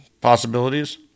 possibilities